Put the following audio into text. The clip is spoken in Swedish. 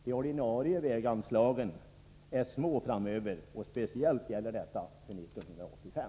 De ordinarie väganslagen är små framöver, speciellt gäller detta för 1985.